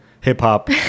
hip-hop